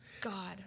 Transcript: God